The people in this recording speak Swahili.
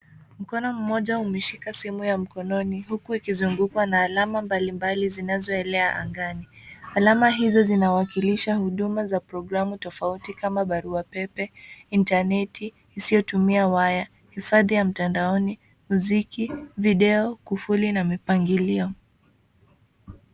Mkono mmoja umeshika simu ya mkononi huku ikizungukwa na alama mbalimbali zinazoelea angani. Alama hizo zinawakilisha huduma za programu tofauti kama barua pepe, intaneti isiyotumia waya, hifadhi ya mtandaoni, muziki video, kufuli na mipangilio.